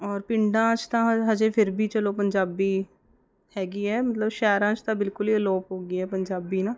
ਔਰ ਪਿੰਡਾਂ 'ਚ ਤਾਂ ਅਜੇ ਫਿਰ ਵੀ ਚਲੋ ਪੰਜਾਬੀ ਹੈਗੀ ਹੈ ਮਤਲਬ ਸ਼ਹਿਰਾਂ 'ਚ ਤਾਂ ਬਿਲਕੁਲ ਹੀ ਅਲੋਪ ਹੋ ਗਈ ਹੈ ਪੰਜਾਬੀ ਨਾ